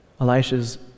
Elisha's